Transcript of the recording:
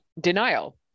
denial